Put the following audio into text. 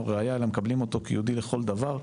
ראייה אלא מקבלים אותו כיהודי לכל דבר.